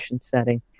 setting